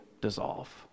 dissolve